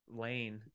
lane